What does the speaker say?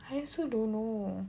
I also don't know